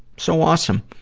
so awesome!